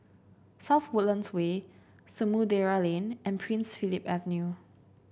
South Woodlands Way Samudera Lane and Prince Philip Avenue